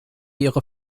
ihre